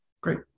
great